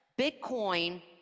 Bitcoin